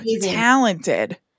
talented